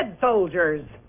soldiers